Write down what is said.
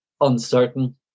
uncertain